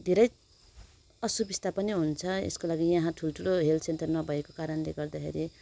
धेरै असुबिस्ता पनि हुन्छ यसको लागि याहाँ ठुल ठुलो हेल्थ सेन्टर नभएको कारणले गर्दाखेरि